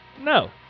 No